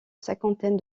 cinquantaine